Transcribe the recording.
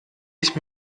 ich